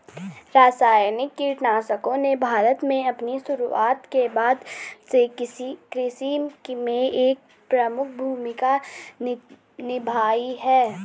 रासायनिक कीटनाशकों ने भारत में अपनी शुरूआत के बाद से कृषि में एक प्रमुख भूमिका निभाई है